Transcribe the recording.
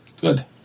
Good